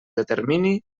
determini